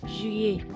Juillet